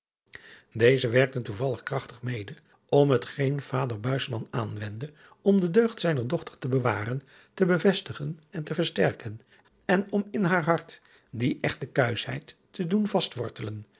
deze werkten toevallig krachtig mede om het geen vader buisman aanwendde om de deugd zijner dochter te bewaren te bevestigen en te versterken en om in haar hart die echte kuischheid te doen